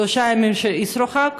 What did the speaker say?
שלושה ימים של אסרו-חג,